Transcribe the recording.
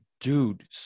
dude